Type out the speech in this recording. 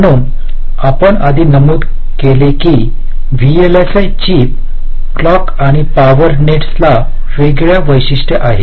म्हणून आपण आधी नमूद केले आहे की व्हीएलएसआय चिप क्लॉक आणि पॉवर नेटसला वेगळ्या वैशिष्ट्ये आहेत